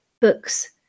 books